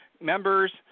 members